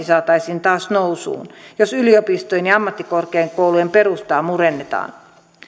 saataisiin taas nousuun jos yliopistojen ja ammattikorkeakoulujen perustaa murennetaan